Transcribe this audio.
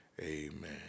Amen